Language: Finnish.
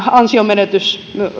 ansionmenetyksen